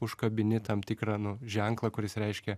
užkabini tam tikrą nu ženklą kuris reiškia